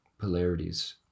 polarities